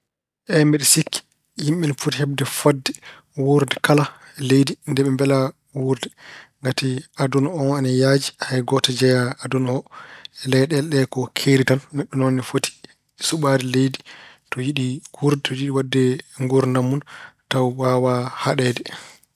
Eey mi sikki yimɓe ina poti heɓde fotde waawde wuurde kala leydi ndi ɓe mbela wuurde. Ngati aduna o ina haaji, hay gooto njeyaa aduna o. Leyɗeele ɗe ko keeri tan. Neɗɗo noon ina foti suɓaade leydi to yiɗi, to yiɗi waɗde nguurdam tawa waawaa haɗeede.